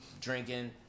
drinking